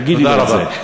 תגידי לו את זה.